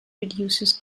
reduces